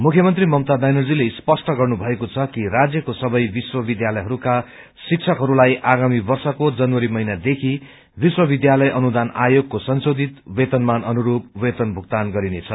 मुख्यमन्त्री ममता ब्यानर्जीले स्पष्ट गर्नुभएको छ कि राज्यको सबै विश्वविद्यालयहरूका शिक्षकहरूलाई आगामी वर्षको जनवरीदेखि विश्वविद्यालय अनुदान आयोगको संशोधित वेतनमान अनुरूप वेतन भुगतान गरिनेछ